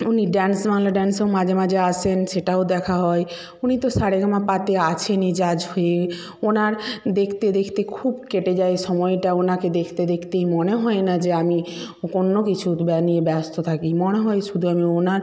উনি ড্যান্স বাংলা ড্যান্সেও মাঝে মাঝে আসেন সেটাও দেখা হয় উনি তো সারেগামাপাতে আছেনই জাজ হয়ে ওনার দেখতে দেখতে খুব কেটে যায় সময়টা ওনাকে দেখতে দেখতেই মনে হয় না যে আমি অন্য কিছুর বা নিয়ে ব্যস্ত থাকি মনে হয় শুধু আমি ওনার